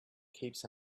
keeps